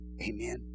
Amen